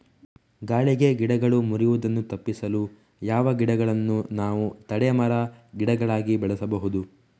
ಗಾಳಿಗೆ ಗಿಡಗಳು ಮುರಿಯುದನ್ನು ತಪಿಸಲು ಯಾವ ಗಿಡಗಳನ್ನು ನಾವು ತಡೆ ಮರ, ಗಿಡಗಳಾಗಿ ಬೆಳಸಬಹುದು?